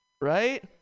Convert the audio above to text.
Right